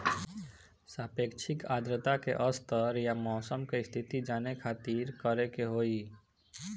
सापेक्षिक आद्रता के स्तर या मौसम के स्थिति जाने खातिर करे के होई?